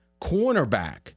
Cornerback